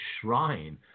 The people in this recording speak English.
shrine